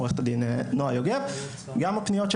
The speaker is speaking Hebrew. עורכת הדין נועה יוגב,